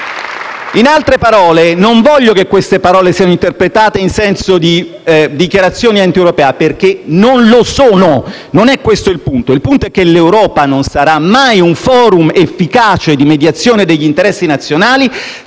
In altri termini, non desidero che le mie parole siano interpretate in senso di dichiarazioni antieuropee, perché non lo sono, non è questo il punto. Il punto è che l'Europa non sarà mai un *forum* efficace di mediazione degli interessi nazionali